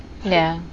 ya